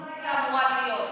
לא הייתה אמורה להיות.